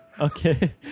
Okay